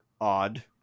odd